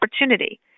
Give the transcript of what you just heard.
opportunity